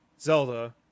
Zelda